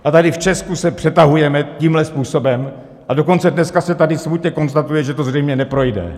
A tady v Česku se přetahujeme tímhle způsobem, a dokonce dneska se tady smutně konstatuje, že to zřejmě neprojde.